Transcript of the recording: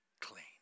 clean